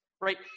right